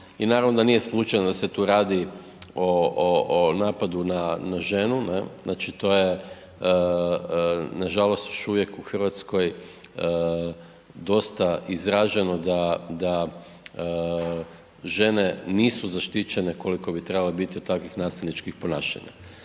i naravno da nije slučajno da se tu radi o napadu na ženu, znači to je nažalost još uvijek u Hrvatskoj dosta izraženo da žene nisu zaštićene koliko bi trebale biti od takvih nasilničkih ponašanja.